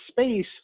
space